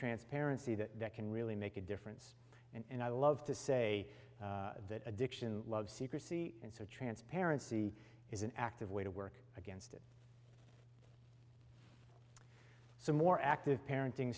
transparency that can really make a difference and i love to say that addiction loves secrecy and so transparency is an active way to work against it so more active parenting